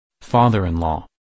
father-in-law